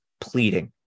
pleading